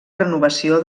renovació